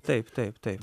taip taip taip